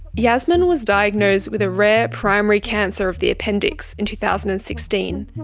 yasmin was diagnosed with a rare primary cancer of the appendix in two thousand and sixteen,